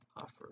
offer